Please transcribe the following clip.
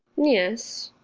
yes,